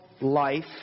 life